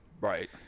Right